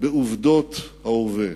בעובדות ההווה,